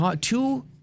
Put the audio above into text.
two